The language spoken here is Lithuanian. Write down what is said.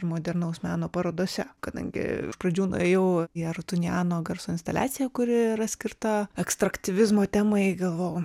modernaus meno parodose kadangi iš pradžių nuėjau į arutinjano garso instaliaciją kuri yra skirta ekstraktyvizmo temai galvojau